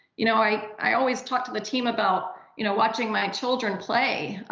you know i i always talk to the team about you know watching my children play.